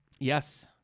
yes